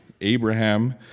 Abraham